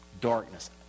Darkness